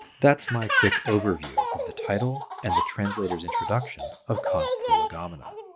that's my quick overview of the title and the translator's introduction of kant's prolegomena.